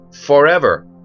forever